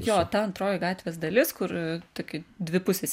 jo ta antroji gatvės dalis kur tokia dvipusis